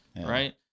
Right